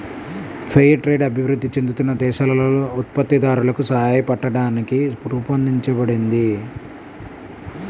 fair trade అభివృద్ధి చెందుతున్న దేశాలలో ఉత్పత్తిదారులకు సాయపట్టానికి రూపొందించబడింది